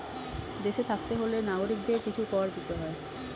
দেশে থাকতে হলে নাগরিকদের কিছু কর দিতে হয়